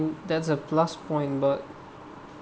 that's a plus point but